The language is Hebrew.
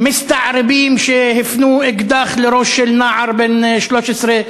מסתערבים שהפנו אקדח לראש של נער בן 13,